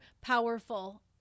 powerful